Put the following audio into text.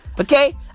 Okay